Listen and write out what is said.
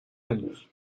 años